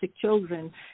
children